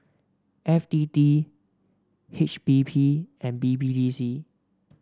F T T H B P and B B D C